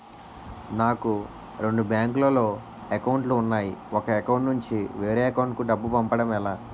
నాకు రెండు బ్యాంక్ లో లో అకౌంట్ లు ఉన్నాయి ఒక అకౌంట్ నుంచి వేరే అకౌంట్ కు డబ్బు పంపడం ఎలా?